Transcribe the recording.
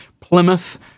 Plymouth